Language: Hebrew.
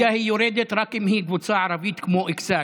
ליגה היא יורדת רק אם היא קבוצה ערבית כמו אכסאל,